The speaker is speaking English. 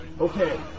Okay